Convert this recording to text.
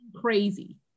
crazy